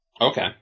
Okay